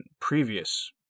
previous